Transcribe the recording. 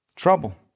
trouble